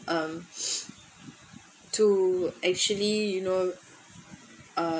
um to actually you know uh